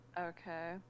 Okay